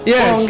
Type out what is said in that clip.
Yes